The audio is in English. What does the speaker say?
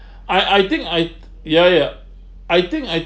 I I think I ya ya I think I